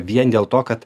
vien dėl to kad